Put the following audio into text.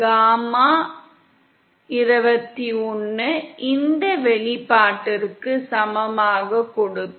gamma 21 இந்த வெளிப்பாட்டிற்கு சமமாக இருக்கிறது